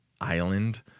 island